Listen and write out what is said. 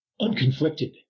unconflicted